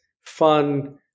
fun